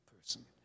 person